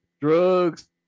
drugs